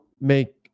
make